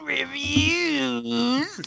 Reviews